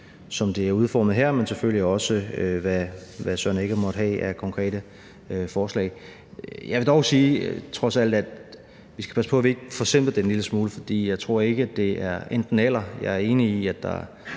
som det er udformet her, men selvfølgelig også, hvad hr. Søren Egge Rasmussen måtte have af konkrete forslag. Jeg vil dog sige, at vi trods alt skal passe på, at vi ikke forsimpler det en lille smule, for jeg tror ikke, at det er enten-eller. Jeg er enig i, at der